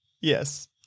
Yes